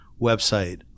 website